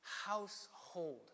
household